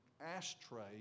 ashtray